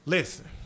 Listen